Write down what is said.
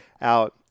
out